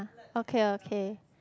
okay okay